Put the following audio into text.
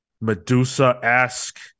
Medusa-esque